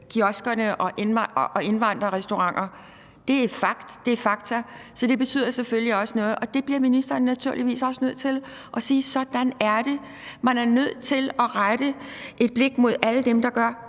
kiosker og indvandrerrestauranter – det er fakta. Så det betyder selvfølgelig også noget, og ministeren bliver naturligvis også nødt til at sige, at sådan er det. Man er nødt til at rette et blik mod alle dem, der gør